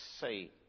say